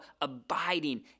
abiding